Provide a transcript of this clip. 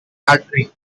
artery